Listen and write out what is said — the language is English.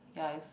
ya is